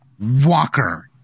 Walker